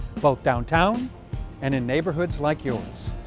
both downtown and in neighborhoods like yours.